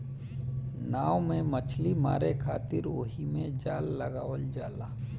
नाव से मछली मारे खातिर ओहिमे जाल लगावल जाला